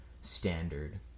standard